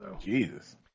Jesus